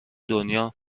دنیا